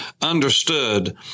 understood